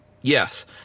Yes